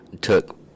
took